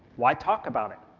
why talk about it?